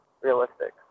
realistic